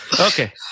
Okay